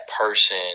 person